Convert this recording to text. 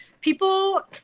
People